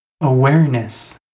Awareness